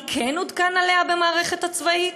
מי כן עודכן לגביה במערכת הצבאית?